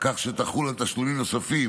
כך שתחול על תשלומים נוספים